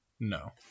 No